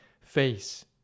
face